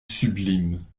sublime